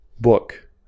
book